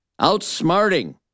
outsmarting